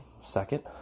second